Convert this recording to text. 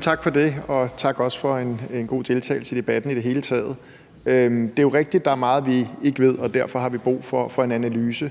Tak for det. Og tak også for en god deltagelse i debatten i det hele taget. Det er jo rigtigt, at der er meget, vi ikke ved, og derfor har vi brug for en analyse.